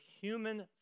human